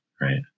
right